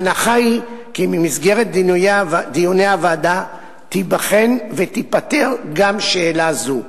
ההנחה היא כי במסגרת דיוני הוועדה תיבחן ותיפתר גם שאלה זו.